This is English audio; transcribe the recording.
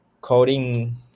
coding